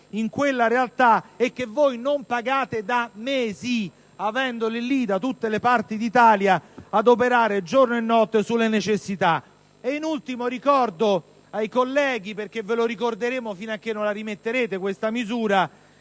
In ultimo, ricordo ai colleghi - ve lo ricorderemo fino a che non ripristinerete questa misura